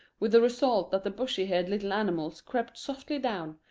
with the result that the bushy-tailed little animals crept softly down,